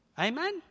Amen